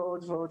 ועוד.